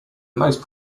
most